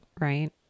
right